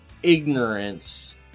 ignorance